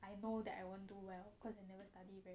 I know that I won't do well cause I never study very well